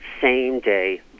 same-day